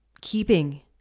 keeping